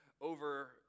over